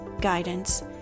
guidance